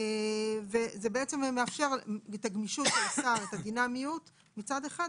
וזה מאפשר את הגמישות ואת הדינמיות של השר מצד אחד,